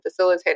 facilitator